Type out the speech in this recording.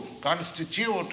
constitute